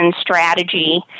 strategy